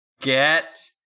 get